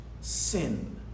sin